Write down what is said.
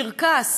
קרקס,